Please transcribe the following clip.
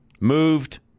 moved